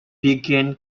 began